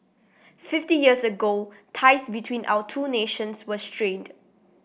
fifty years ago ties between our two nations were strained